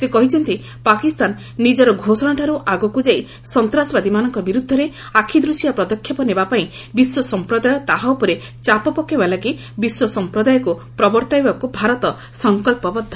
ସେ କହିଛନ୍ତି ପାକିସ୍ତାନ ନିଜର ଘୋଷଣାଠାରୁ ଆଗକୁ ଯାଇ ସନ୍ତାସବାଦୀମାନଙ୍କ ବିରୁଦ୍ଧରେ ଆଖିଦୃଶିଆ ପଦକ୍ଷେପ ନେବା ପାଇଁ ବିଶ୍ୱ ସମ୍ପ୍ରଦାୟ ତାହା ଉପରେ ଚାପ ପକାଇବା ଲାଗି ବିଶ୍ୱ ସମ୍ପ୍ରଦାୟକୁ ପ୍ରବର୍ତ୍ତାଇବାକୁ ଭାରତ ସଂକଳ୍ପବଦ୍ଧ